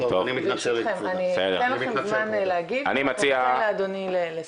אני אתן לכם זמן להגיב, תן לאדוני לסיים.